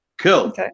Cool